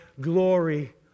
glory